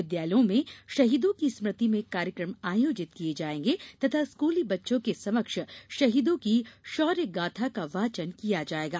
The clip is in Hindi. विदयालयों में शहीदों की स्मृति में कार्यक्रम आयोजित किये जायेंगे तथा स्कूली बच्चों के समक्ष शहीदों की शौर्य गाथा को वाचन किया जायेगा